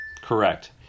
Correct